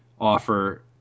offer